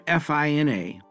FINA